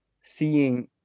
seeing